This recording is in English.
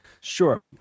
Sure